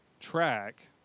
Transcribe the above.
track